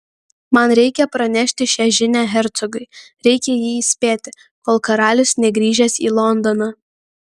man reikia pranešti šią žinią hercogui reikia jį įspėti kol karalius negrįžęs į londoną